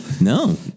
No